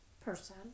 person